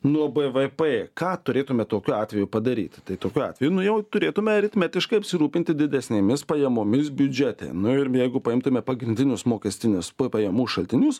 nuo bvp ką turėtume tokiu atveju padaryt tai tokiu atveju nu jau turėtume aritmetiškai apsirūpinti didesnėmis pajamomis biudžete nu ir jeigu paimtume pagrindinius mokestinius pa pajamų šaltinius